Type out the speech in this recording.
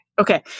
okay